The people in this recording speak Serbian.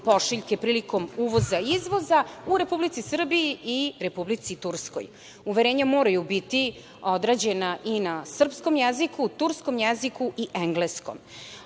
pošiljke prilikom uvoza i izvoza u Republici Srbiji i Republici Turskoj. Uverenja moraju biti odrađena i na srpskom jeziku, na turskom jeziku i engleskom. Ono